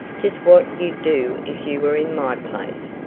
just what you'd do if you were in my place.